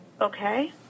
Okay